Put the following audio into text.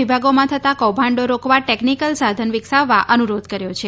વિભાગોમાં થતા કૌભાંડો રોકવા ટેકનિકલ સાધન વિકસાવવા અનુરોધ કર્યો છે